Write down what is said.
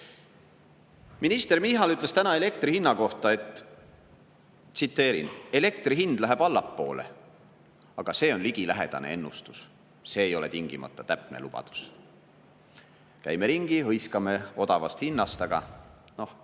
Minister Michal ütles täna elektri hinna kohta nii: "[…] hind läheb allapoole. Aga see on ligilähedane ennustus, see ei ole tingimata täpne lubadus." Käime ringi, hõiskame odavast hinnast, aga